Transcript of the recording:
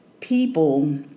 people